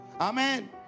Amen